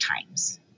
times